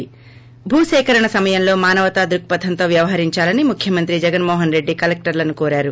ి భూసీకరణ సమయంలో మానవతా దృక్పథంతో వ్యవహరించాలని ముఖ్యమంత్రి జగన్మోహన్రెడ్డి కలెక్టర్లను కోరారు